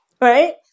right